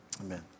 Amen